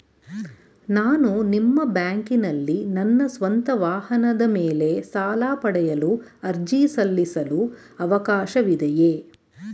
ನಾನು ನಿಮ್ಮ ಬ್ಯಾಂಕಿನಲ್ಲಿ ನನ್ನ ಸ್ವಂತ ವಾಹನದ ಮೇಲೆ ಸಾಲ ಪಡೆಯಲು ಅರ್ಜಿ ಸಲ್ಲಿಸಲು ಅವಕಾಶವಿದೆಯೇ?